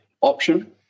option